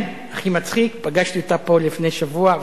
אני מוכרח להגיד שהיתה הצעת חוק מאוד דומה של חברת הכנסת רונית תירוש,